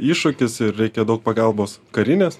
iššūkis ir reikia daug pagalbos karinės